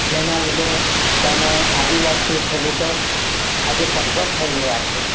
જેના લીધે ત્યાંના આદિવસી ખેડૂતો આજે પગભર થઈ રહ્યા છે